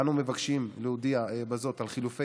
אנו מבקשים להודיע בזאת על חילופי